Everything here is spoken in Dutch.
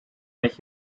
met